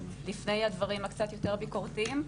לפני הדברים הקצת יותר ביקורתיים.